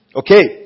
okay